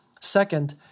Second